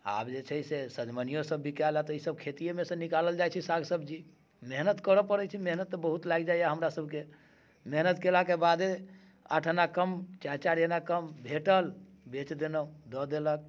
आब जे छै से सजमैनियो सब बिकायल अइ तऽ ई सब खेतियेमे सँ निकालल जाइ छै साग सब्जी मेहनत करऽ पड़ैय छै मेहनत तऽ बहुत लागि जाइए हमरा सबके मेहनत केलाके बादे आठ आना कम चाहे चारि अना कम भेटल बेच देलहुँ दऽ देलक